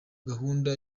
gahunda